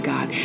God